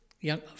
young